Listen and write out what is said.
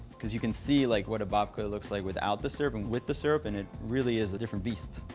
because you can see, like, what a basket looks like without the syrup and with the syrup, and it really is a different beast.